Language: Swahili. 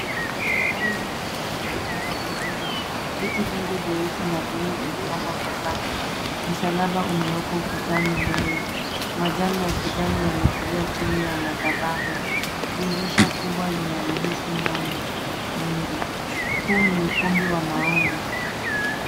Hekalu la kisasa limepangwa vizuri. Viti vingi vyeusi na buluu vimepangwa kwa safu. Msalaba umewekwa ukutani mbele. Majani ya kijani yametulia chini ya madhabahu. Dirisha kubwa linaruhusu mwanga mwingi. Huu ni ukumbi wa maombi.